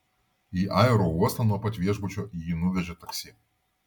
į aerouostą nuo pat viešbučio jį nuvežė taksi